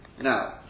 Now